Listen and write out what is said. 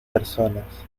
personas